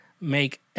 make